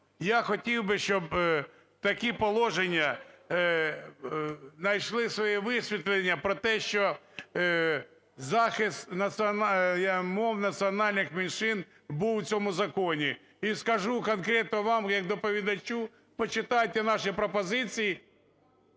Я хотів би, щоб такі положення знайшли своє висвітлення про те, що захист мов національних меншин був у цьому законі. І скажу конкретно вам як доповідачу: почитайте наші пропозиції…